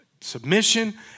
Submission